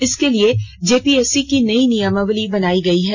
इसके लिए जेपीएससी की नई नियमावली बनाई गई है